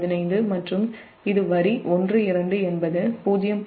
15 மற்றும் இது வரி 1 2 என்பது 0